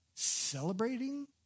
celebrating